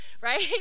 right